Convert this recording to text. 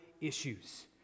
issues